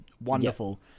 wonderful